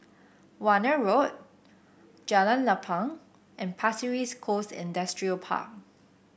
Warna Road Jalan Lapang and Pasir Ris Coast Industrial Park